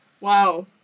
Wow